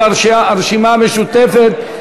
של הרשימה המשותפת.